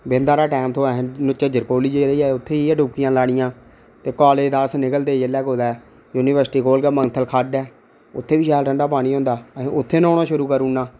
बिंद हारा टैम थ्होए असेंई उत्थै जेइयै डिबकियां लानियां ते कालेज दा अस चलदे जेल्लै कुदै यूनिपर्सिटी कोल खड्ड ऐ उत्थै बी शैल ठंड़ा पानी होंदा अहें उत्थै न्हौना शुरू करूड़ ना